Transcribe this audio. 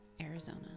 Arizona